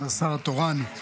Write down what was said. השר התורן,